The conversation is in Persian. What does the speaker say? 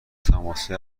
تماسهایی